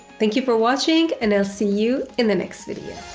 thank you for watching and i'll see you in the next video.